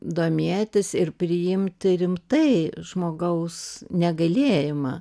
domėtis ir priimti rimtai žmogaus negalėjimą